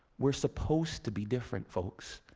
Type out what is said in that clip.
we're supposed to be different, folks.